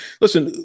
Listen